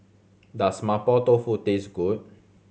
does Mapo Tofu taste good